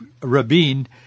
Rabin